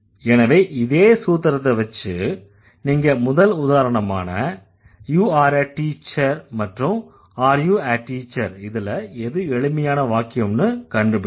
எனவே இதே சூத்திரத்தை வெச்சு நீங்க முதல் உதாரணமான you are a teacher மற்றும் are you a teacher இதுல எது எளிமையான வாக்கியம்னு கண்டு பிடிங்க